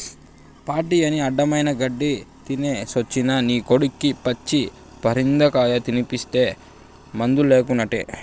party అని అడ్డమైన గెడ్డీ తినేసొచ్చిన నీ కొడుక్కి పచ్చి పరిందకాయ తినిపిస్తీ మందులేకుటే